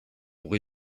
pour